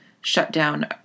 shutdown